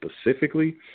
specifically